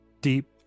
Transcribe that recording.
deep